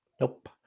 Nope